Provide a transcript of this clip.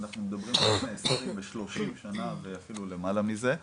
אנחנו מדברים לפני 20 ו- 30 שנה אפילו למעלה מזה,